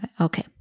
Okay